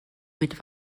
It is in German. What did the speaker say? mit